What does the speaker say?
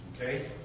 okay